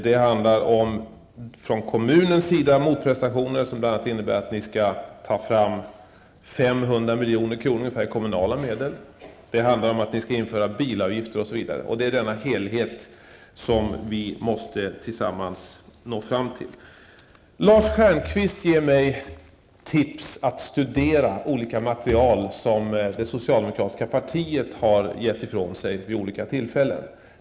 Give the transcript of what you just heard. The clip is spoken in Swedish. Vidare rör det sig om motprestationer från kommunens sida, bl.a. innebärande att Göteborg skall ta fram ungefär 500 milj.kr. i kommunala medel. Ni skall införa bilavgifter, osv. Det är denna helhet som vi tillsammans måste komma fram till. Lars Stjernkvist gav mig tips om att studera olika material som det socialdemokratiska partiet har gett ut vid olika tillfällen.